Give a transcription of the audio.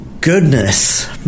goodness